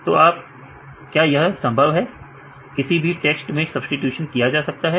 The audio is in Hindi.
तो क्या यह संभव है कि किसी भी टेक्स्ट में सब्स्टिटूशन किया जा सकता है